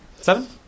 Seven